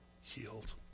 healed